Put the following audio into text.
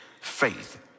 faith